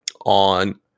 on